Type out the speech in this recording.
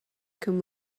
cum